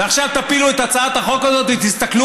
ועכשיו תפילו את הצעת החוק ותסתכלו